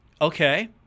Okay